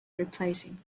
replacing